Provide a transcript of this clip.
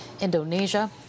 Indonesia